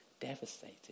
devastated